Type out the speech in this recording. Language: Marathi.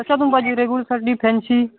कशातून पाहिजे रेग्यूलरसाठी फॅन्सी